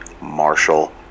Marshall